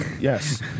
Yes